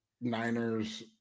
Niners